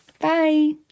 Bye